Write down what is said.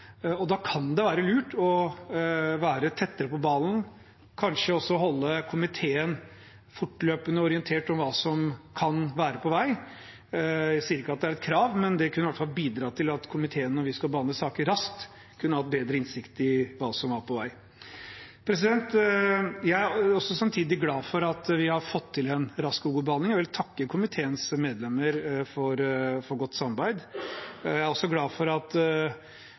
og da kan det være lurt å være tettere på ballen, kanskje også holde komiteen fortløpende orientert om hva som kan være på vei. Jeg sier ikke at det er et krav, men det kan i hvert fall bidra til at komiteen, når vi skal behandle saker raskt, har bedre innsikt i hva som er på vei. Jeg er samtidig glad for at vi har fått til en rask og god behandling. Jeg vil takke komiteens medlemmer for godt samarbeid. Jeg er også glad for at